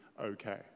okay